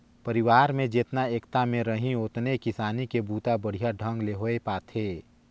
परिवार में जेतना एकता में रहीं ओतने किसानी के बूता बड़िहा ढंग ले होये पाथे